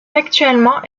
actuellement